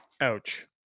ouch